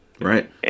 Right